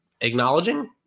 acknowledging